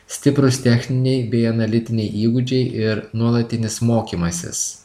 stiprūs techniniai bei analitiniai įgūdžiai ir nuolatinis mokymasis